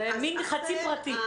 זה מין חצי פרטי.